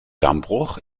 dammbruch